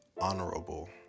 honorable